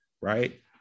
right